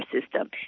system